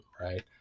Right